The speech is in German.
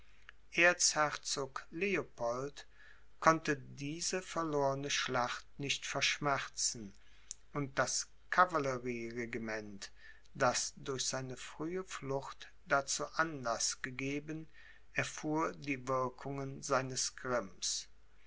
erzherzog leopold konnte diese verlorne schlacht nicht verschmerzen und das cavallerieregiment das durch seine frühe flucht dazu anlaß gegeben erfuhr die wirkungen seines grimms